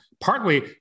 Partly